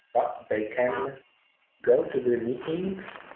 but they can go to the meetings,